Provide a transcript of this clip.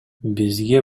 бизге